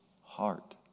heart